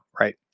right